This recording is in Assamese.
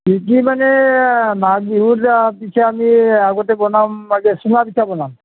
মানে মাঘ বিহুলৈ পিঠা আমি আগতে বনাম আগে চুঙা পিঠা বনাম